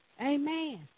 amen